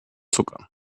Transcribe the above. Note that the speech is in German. zucker